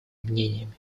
мнениями